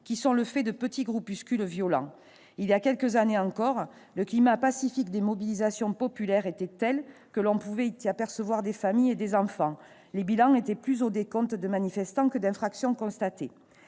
qui sont le fait de petits groupuscules violents. Il y a quelques années encore, le climat pacifique des mobilisations populaires était tel que l'on pouvait y apercevoir des familles, des enfants. Les bilans étaient plus au décompte des manifestants que des infractions constatées.